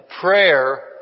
Prayer